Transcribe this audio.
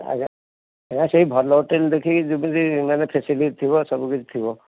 ଆଜ୍ଞା ଆଜ୍ଞା ସେହି ଭଲ ହୋଟେଲ୍ ଦେଖିକି ଯେମିତି ମାନେ ଫ୍ୟାସଲିଟି ଥିବ ସବୁକିଛି ଥିବ